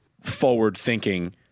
forward-thinking